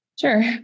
Sure